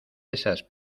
esas